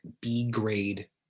b-grade